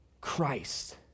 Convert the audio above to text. Christ